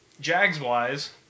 Jags-wise